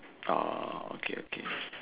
okay okay